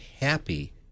happy